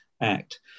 act